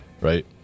right